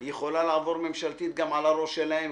היא יכולה לעבור ממשלתית גם על הראש שלהם,